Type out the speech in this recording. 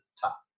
top